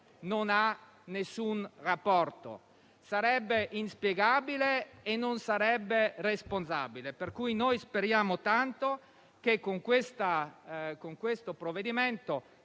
non ha alcun rapporto. Sarebbe inspiegabile e non sarebbe responsabile. Pertanto, noi speriamo tanto che, con questo provvedimento,